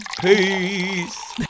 Peace